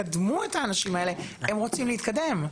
קדמו את האנשים האלה, הם רוצים להתקדם.